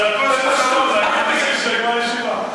זו דרכו של שרון להגיד לי שהסתיימה הישיבה.